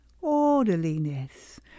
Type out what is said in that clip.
orderliness